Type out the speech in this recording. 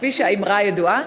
כפי האמרה הידועה: